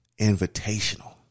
Invitational